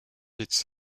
its